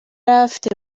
afite